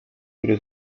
który